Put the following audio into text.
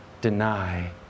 deny